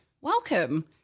Welcome